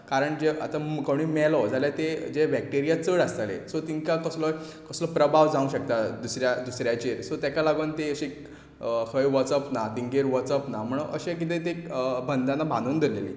आतां कोणूय मेलो जाल्यार त्या हाचे बॅक्टेरिया चड आसता तांकां कसलोय प्रभाव जावंक शकता दुसऱ्यांचेर सो ताका लागून ती अशी खंय वचप ना तांगेर वचप ना अशें कितें तीं बंधना बांदून धवरिल्लीं